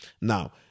Now